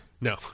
No